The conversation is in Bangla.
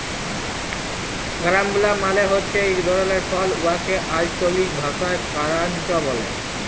কারাম্বলা মালে হছে ইক ধরলের ফল উয়াকে আল্চলিক ভাষায় কারান্চ ব্যলে